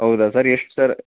ಹೌದಾ ಸರ್ ಎಷ್ಟು ಸರ್